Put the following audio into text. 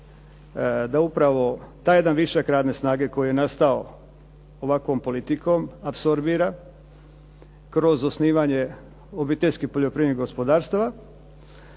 da upravo taj jedan višak radne snage koji je nastao ovakvom politikom apsorbira kroz osnivanje obiteljskih poljoprivrednih gospodarstava